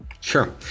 sure